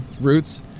roots